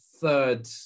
third